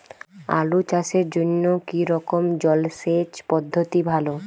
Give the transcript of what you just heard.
আলু চাষের জন্য কী রকম জলসেচ পদ্ধতি ভালো?